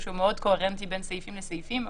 שהוא מאוד קוהרנטי בין סעיפים לסעיפים.